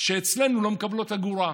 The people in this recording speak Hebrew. שאצלנו לא מקבלות אגורה,